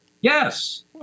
Yes